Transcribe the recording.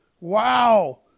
Wow